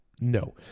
No